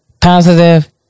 positive